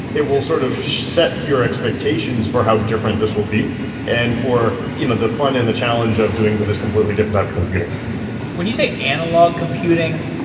it will sort of set your expectations for how different this will be and for you know the fun and the challenge of doing this completely different type of computing when you say analog computing,